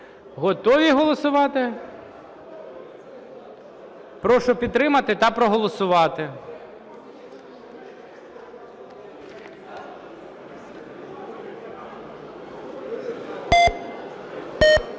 Готові голосувати? Прошу підтримати та проголосувати.